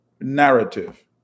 narrative